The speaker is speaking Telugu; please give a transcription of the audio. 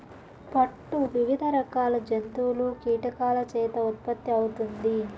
పట్టు వివిధ రకాల జంతువులు, కీటకాల చేత ఉత్పత్తి అవుతుంది